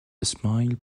smile